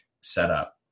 setup